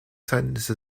sentence